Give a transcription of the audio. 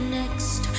next